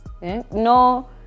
No